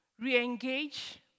re-engage